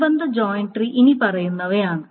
അനുബന്ധ join tree ഇനിപ്പറയുന്നവയാണ്